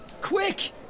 Quick